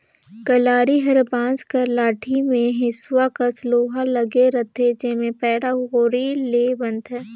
कलारी हर बांस कर लाठी मे हेसुवा कस लोहा लगे रहथे जेम्हे पैरा कोड़े ले बनथे